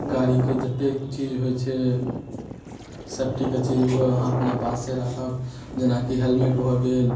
गाड़ीके जतेक चीज होइ छै सेफ्टीके चीज ओ अहाँ अपना पासे राखब जेनाकि हेलमेट भऽ गेल